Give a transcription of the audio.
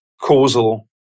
causal